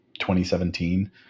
2017